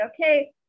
okay